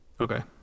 Okay